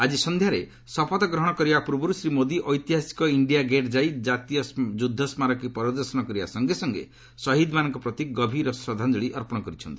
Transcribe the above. ଆଜି ସନ୍ଧ୍ୟାରେ ଶପଥ ଗ୍ରହଣ କରିବା ପୂର୍ବରୁ ଶ୍ରୀ ମୋଦି ଐତିହାସିକ ଇଞ୍ଜିଆ ଗେଟ୍ ଯାଇ ଜାତୀୟ ଯୁଦ୍ଧସ୍କାରକୀ ପରିଦର୍ଶନ କରିବା ସଙ୍ଗେ ସଙ୍ଗେ ଶହୀଦ୍ମାନଙ୍କ ପ୍ରତି ଗଭୀର ଶ୍ରଦ୍ଧାଞ୍ଚଳି ଅର୍ପଣ କରିଥିଲେ